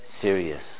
serious